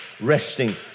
resting